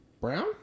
Brown